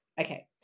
Okay